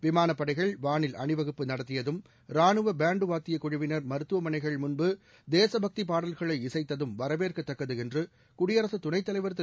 விமானப்படைகள் வானில் அணிவகுப்பு நடத்தியதும் ராணுவபேண்டுவாத்தியக்குழுவினா் மருத்துவமனைகள் முன்பு தேசப்பக்திபாடல்களை இசைத்ததும்வரவேற்கத்தக்கதுஎன்றுகுடியரசுத் துணைத் தலைவர் திரு